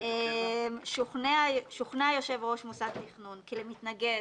שוכנע יושב-ראש מוסד תכנון כי למתנגד,